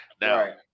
Now